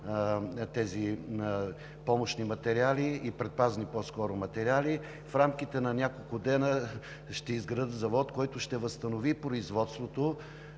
тези помощни и предпазни материали, в рамките на няколко дни ще изградят завод, който ще възстанови производството